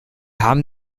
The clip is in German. haben